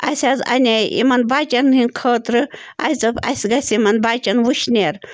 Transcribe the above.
اَسہِ حظ اَنے یِمَن بَچَن ہِنٛدۍ خٲطرٕ اَسہِ دوٚپ اَسہِ گَژھِ یِمَن بَچَن وٕشنیر